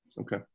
Okay